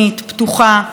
פתוחה,